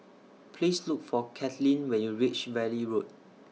Please Look For Katlyn when YOU REACH Valley Road